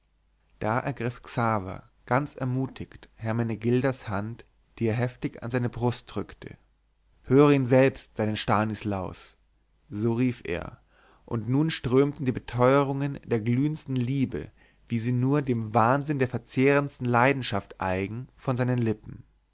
da ergriff xaver ganz ermutigt hermenegildas hand die er heftig an seine brust drückte höre ihn selbst deinen stanislaus so rief er und nun strömten die beteurungen der glühendsten liebe wie sie nur dem wahnsinn der verzehrendsten leidenschaft eigen von seinen lippen